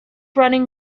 running